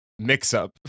mix-up